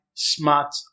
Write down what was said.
smart